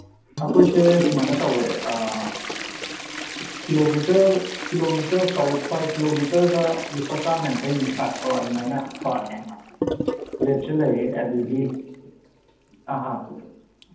ꯑꯩꯈꯣꯏꯁꯦ ꯁꯨꯃꯥꯏꯅ ꯇꯧꯋꯦ ꯀꯤꯂꯣꯃꯤꯇꯔ ꯀꯤꯂꯣꯃꯤꯇꯔ ꯄꯔ ꯄꯔ ꯀꯤꯂꯣꯃꯤꯇꯔꯗ ꯂꯨꯄꯥ ꯆꯥꯝꯃ ꯌꯥꯡꯈꯩꯃꯨꯛ ꯁꯥꯏ ꯍꯣꯏ ꯑꯗꯨꯃꯥꯏꯅ ꯄꯔ ꯃꯦꯟꯗ ꯔꯦꯠꯁꯦ ꯂꯩꯌꯦ ꯑꯗꯒꯤ ꯑ ꯑ